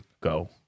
go